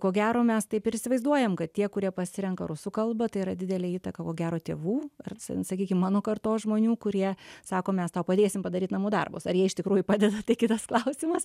ko gero mes taip ir įsivaizduojam kad tie kurie pasirenka rusų kalba tai yra didelę įtaką ko gero tėvų ar sakykim mano kartos žmonių kurie sako mes tau padėsim padaryti namų darbus ar jie iš tikrųjų padeda tai kitas klausimas